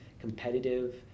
competitive